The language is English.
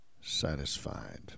satisfied